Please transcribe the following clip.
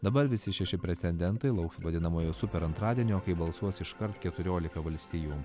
dabar visi šeši pretendentai lauks vadinamojo super antradienio kai balsuos iškart keturiolika valstijų